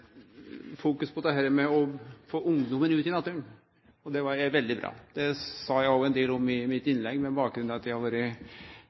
på dette med å få ungdomen ut i naturen. Det er veldig bra. Det sa eg òg ein del om i innlegget mitt,